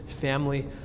family